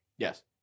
Yes